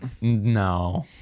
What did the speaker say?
no